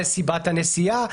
זה סיבת הנסיעה.